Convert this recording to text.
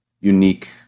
unique